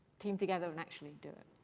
team together and actually do it.